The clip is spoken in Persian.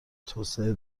توسعه